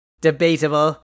Debatable